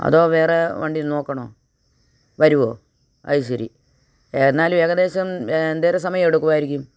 അതോ വേറെ വണ്ടി നോക്കണോ വരുവോ അത് ശരി എന്നാലും ഏകദേശം എന്തേരം സമയം എടുക്കുവായിരിക്കും